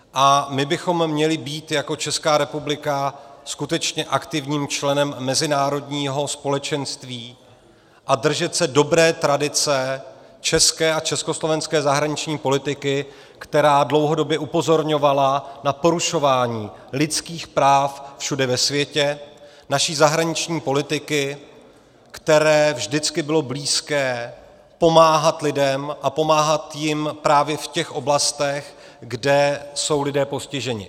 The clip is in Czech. A my bychom měli být jako Česká republika skutečně aktivním členem mezinárodního společenství a držet se dobré tradice české a československé zahraniční politiky, která dlouhodobě upozorňovala na porušování lidských práv všude ve světě, naší zahraniční politiky, které vždycky bylo blízké pomáhat lidem a pomáhat jim právě v oblastech, kde jsou lidé postiženi.